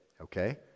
okay